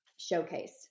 showcase